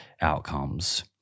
outcomes